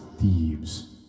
thieves